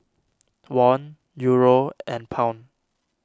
Won Euro and Pound